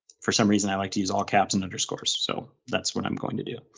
for some reason i like to use all caps and underscores, so that's what i'm going to do.